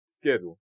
schedule